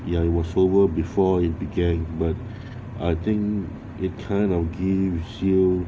ya it was over before it began but I think it kind of gives you